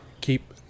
keep